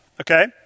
Okay